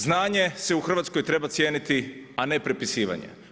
Znanje se u Hrvatskoj treba cijeniti a ne prepisivanje.